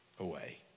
away